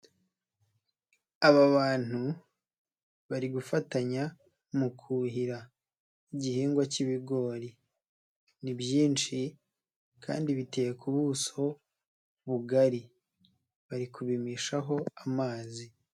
Aba bantu bari gufatanya mu kuhira igihingwa k'ibigori, ni byinshi kandi biteye ku buso bugari bari kubimishaho amazi.